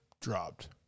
dropped